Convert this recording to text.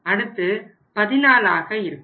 அடுத்து 14 ஆக இருக்கும்